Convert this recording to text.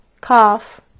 cough